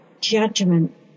judgment